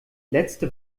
letzte